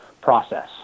process